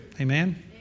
Amen